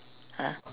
!huh!